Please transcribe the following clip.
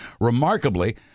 Remarkably